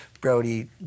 Brody